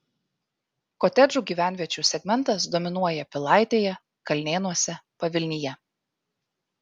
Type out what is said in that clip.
kotedžų gyvenviečių segmentas dominuoja pilaitėje kalnėnuose pavilnyje